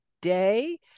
day